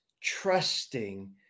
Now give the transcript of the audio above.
trusting